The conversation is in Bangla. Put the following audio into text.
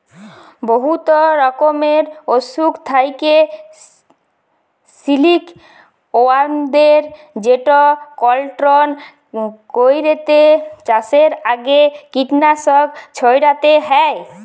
বহুত রকমের অসুখ থ্যাকে সিলিকওয়ার্মদের যেট কলট্রল ক্যইরতে চাষের আগে কীটলাসক ছইড়াতে হ্যয়